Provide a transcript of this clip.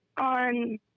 on